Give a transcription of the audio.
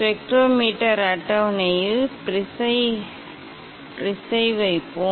spectrometer அட்டவணையில் ப்ரிஸை வைப்போம்